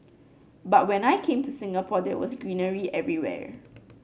but when I came to Singapore there was greenery everywhere